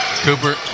Cooper